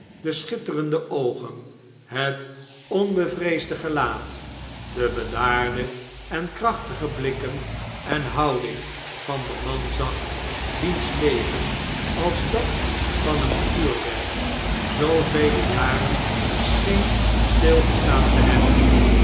de schitterende oogen het onbevreesde gelaat de bedaardeen krachtige blikken en houding van den man zag wiens leven als dat van een uurwerk zoovele jaren scheen stilgestaan te hebben